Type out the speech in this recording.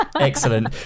excellent